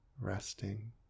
resting